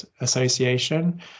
association